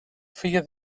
feia